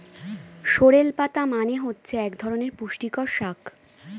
sorrel পাতা মানে হচ্ছে এক ধরনের পুষ্টিকর শাক